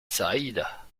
سعيدة